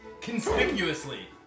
conspicuously